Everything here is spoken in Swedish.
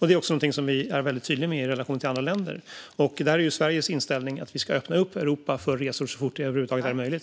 Det är också någonting som vi är väldigt tydliga med i relationerna med andra länder. Sveriges inställning är att vi ska öppna Europa för resor så fort det över huvud taget är möjligt.